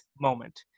moment